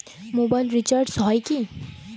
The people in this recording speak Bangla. মোবাইল রিচার্জ হয় কি?